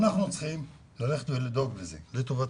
אנחנו צריכים לדאוג לזה לטובתם.